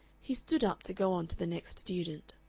he stood up to go on to the next student.